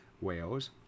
whales